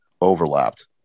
overlapped